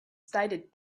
stated